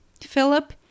Philip